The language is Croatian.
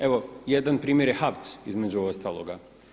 Evo jedna primjer je HAVC između ostaloga.